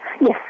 Yes